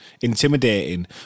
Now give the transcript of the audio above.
intimidating